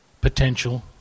potential